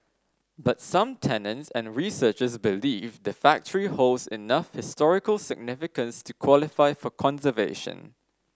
but some tenants and researchers believe the factory holds enough historical significance to qualify for conservation